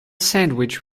sandwich